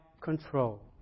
control